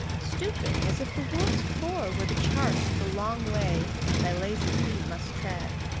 stooping as if the world's floor were the chart of the long way thy lazy feet must tread.